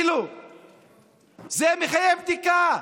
זה מחייב בדיקה.